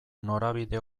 norabide